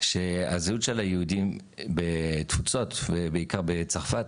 שהזהות של היהודים בתפוצות ובעיקר בצרפת